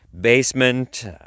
basement